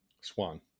Swan